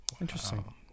Interesting